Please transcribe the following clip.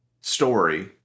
story